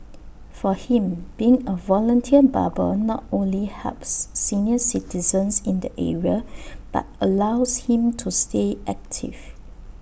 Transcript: for him being A volunteer barber not only helps senior citizens in the area but allows him to stay active